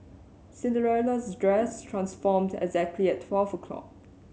Cinderella's dress transformed exactly at twelve o' clock